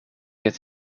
het